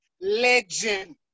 legend